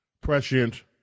prescient